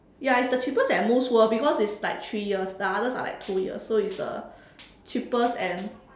ya it's the cheapest and most worth because it's like three years the others are like two years so it's the cheapest and